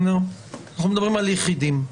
אנחנו מדברים על יחידים.